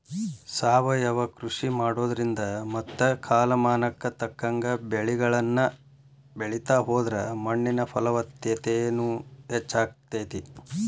ಸಾವಯವ ಕೃಷಿ ಮಾಡೋದ್ರಿಂದ ಮತ್ತ ಕಾಲಮಾನಕ್ಕ ತಕ್ಕಂಗ ಬೆಳಿಗಳನ್ನ ಬೆಳಿತಾ ಹೋದ್ರ ಮಣ್ಣಿನ ಫಲವತ್ತತೆನು ಹೆಚ್ಚಾಗ್ತೇತಿ